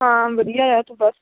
ਹਾਂ ਵਧੀਆ ਆ ਤੂੰ ਬਸ